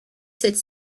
cette